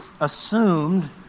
assumed